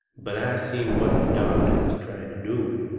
but i seen what the doctor was trying to do.